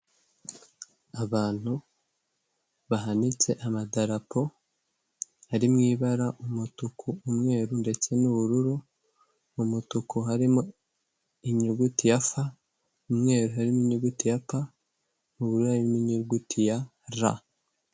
Winjije Faburice Hakuzimana ufite nimero zeru karindwi umunani mirongo itandatu na gatanu, makumya na gatandatu, mirongo inani n'umunani, gatatu amafaranga igihumbi ikiguzi cy'amafaranga makumyabiri, kwemeza injiza umubare w'ibanga.